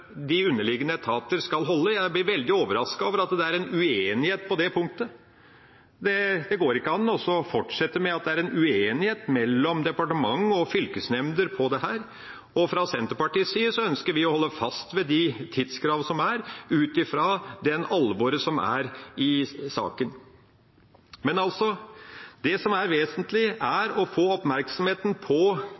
de underliggende etater skal holde. Jeg blir veldig overrasket over at det er en uenighet på det punktet. Det går ikke an å fortsette med at det er en uenighet mellom departementet og fylkesnemndene om dette. Fra Senterpartiets side ønsker vi å holde fast ved de tidskravene som er, ut fra det alvoret som er i saken. Men altså: Det som er vesentlig, er å få oppmerksomheten over på